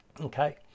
Okay